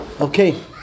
Okay